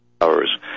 hours